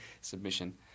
submission